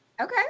Okay